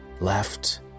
left